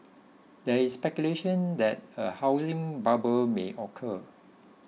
there is speculation that a housing bubble may occur